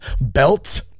Belt